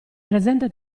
presente